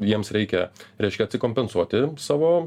jiems reikia reiškia kompensuoti savo